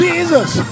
Jesus